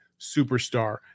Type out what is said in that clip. superstar